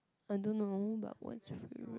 I don't know but what's your favourite